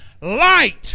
light